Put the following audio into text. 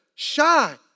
Shine